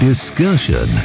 Discussion